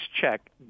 check